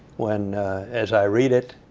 when as i read it,